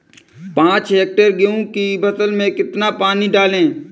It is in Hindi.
पाँच हेक्टेयर गेहूँ की फसल में कितना पानी डालें?